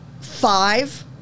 five